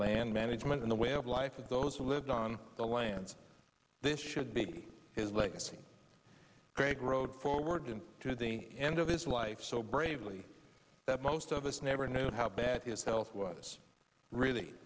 land management in the way of life of those who lived on the land this should be his legacy great road forward to the end of his life so bravely that most of us never knew how bad his health was really